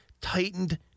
tightened